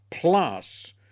plus